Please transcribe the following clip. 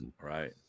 right